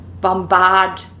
bombard